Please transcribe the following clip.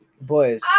Boys